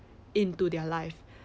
into their life